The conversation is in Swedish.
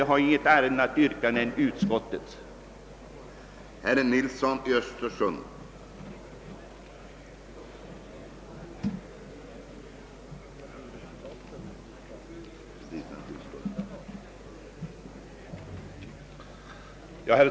Jag har inget annat yrkande än om bifall till utskottets hemställan.